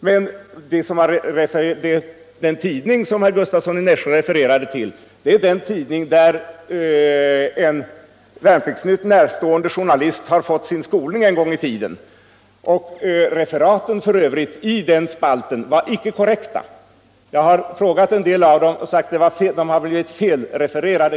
Men den tidning som herr Gustavsson i Nässjö refererade till är den tidning där en Värnpliktsnytt närstående journalist har fått sin skolning en gång i tiden. Referaten i den spalten var icke korrekta. Jag har frågat en av de intervjuade, som säger sig ha blivit fel refererad.